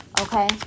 Okay